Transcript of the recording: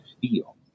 feel